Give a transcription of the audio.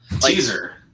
teaser